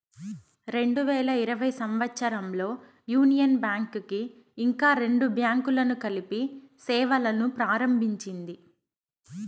రెండు వేల ఇరవై సంవచ్చరంలో యూనియన్ బ్యాంక్ కి ఇంకా రెండు బ్యాంకులను కలిపి సేవలును ప్రారంభించింది